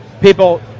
people